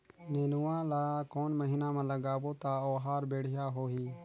नेनुआ ला कोन महीना मा लगाबो ता ओहार बेडिया होही?